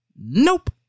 Nope